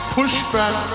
pushback